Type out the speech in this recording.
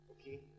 okay